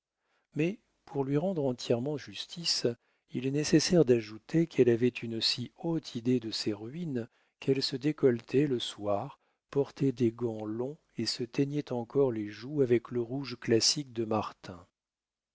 mais pour lui rendre entièrement justice il est nécessaire d'ajouter qu'elle avait une si haute idée de ses ruines qu'elle se décolletait le soir portait des gants longs et se teignait encore les joues avec le rouge classique de